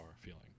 feeling